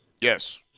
Yes